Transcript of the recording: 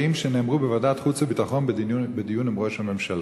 שנאמרו בוועדת החוץ והביטחון בדיון עם ראש הממשלה,